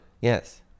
Yes